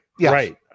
Right